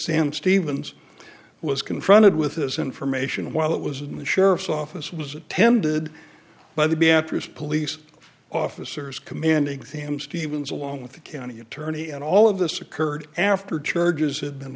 sam stevens was confronted with this information while it was in the sheriff's office was attended by the b after his police officers command exam stevens along with the county attorney and all of this occurred after charges had been